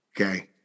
Okay